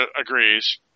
agrees